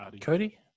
Cody